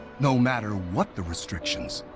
no matter what the restrictions,